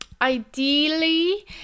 ideally